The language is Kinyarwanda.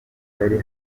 yari